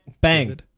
Bang